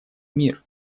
мир